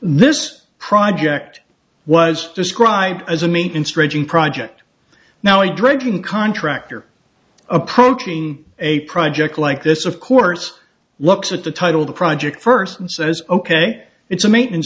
this project was described as a main stretching project now a dredging contractor approaching a project like this of course looks at the title of the project first and says ok it's a maintenance